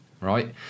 right